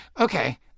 Okay